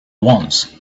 once